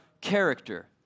character